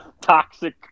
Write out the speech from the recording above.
toxic